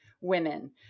women